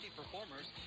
performers